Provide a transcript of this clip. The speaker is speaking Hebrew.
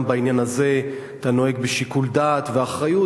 גם בעניין הזה אתה נוהג בשיקול דעת ואחריות,